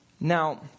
Now